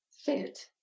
fit